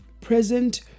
present